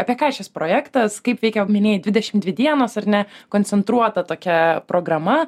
apie ką šis projektas kaip veikia jau minėjai dvidešimt dvi dienos ar ne koncentruota tokia programa